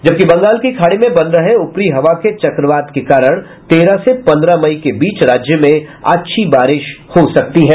जबकि बंगाल की खाड़ी में बन रहे उपरी हवा के चक्रवात के कारण तेरह से पंद्रह मई के बीच राज्य में अच्छी बारिश हो सकती है